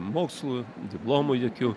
mokslų diplomų jokiu